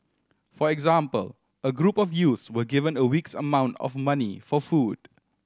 for example a group of youths were given a week's amount of money for food